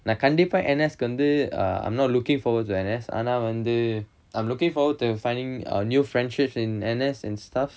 நா கண்டிப்பா:na kandippa N_S கு வந்து:ku vanthu uh I'm not looking forward to N_S ஆனா வந்து:aana vanthu I'm looking forward to finding uh new friendships in N_S and stuff